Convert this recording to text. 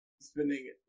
spending